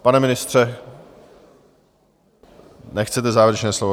Pane ministře, nechcete závěrečné slovo?